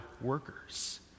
workers